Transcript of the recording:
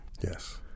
Yes